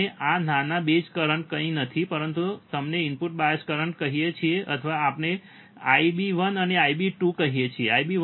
અને આ નાના બેઝ કરંટ કંઈ નથી પરંતુ અમે તેમને ઇનપુટ બાયસ કરંટ કહીએ છીએ અથવા આપણે IB1 અને IB2 કહી શકીએ IB1 અને IB2